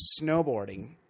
snowboarding